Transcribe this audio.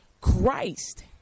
Christ